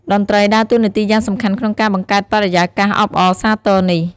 តន្ត្រីដើរតួនាទីយ៉ាងសំខាន់ក្នុងការបង្កើតបរិយាកាសអបអរសាទរនេះ។